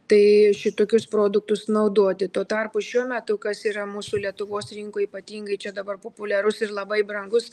tai šitokius produktus naudoti tuo tarpu šiuo metu kas yra mūsų lietuvos rinkoj ypatingai čia dabar populiarus ir labai brangus